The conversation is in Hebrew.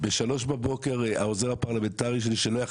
ב-3 בבוקר העוזר הפרלמנטרי שלי שלא יכול